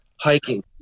hiking